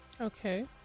Okay